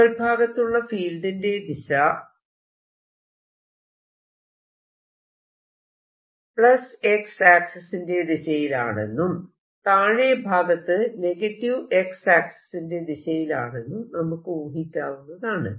മുകൾഭാഗത്തുള്ള ഫീൽഡിന്റെ ദിശ X ആക്സിസിന്റെ ദിശയിലാണെന്നും താഴെഭാഗത്ത് X ആക്സിസിന്റെ ദിശയിലാണെന്നും നമുക്ക് ഊഹിക്കാവുന്നതാണ്